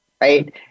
right